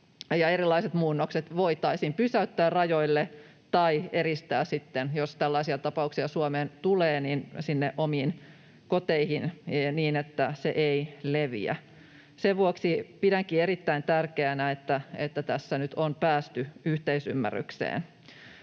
erilaiset muunnokset voitaisiin pysäyttää rajoille tai eristää sitten, jos tällaisia tapauksia Suomeen tulee, sinne omiin koteihin, niin että se ei leviä. Sen vuoksi pidänkin erittäin tärkeänä, että tässä nyt on päästy yhteisymmärrykseen.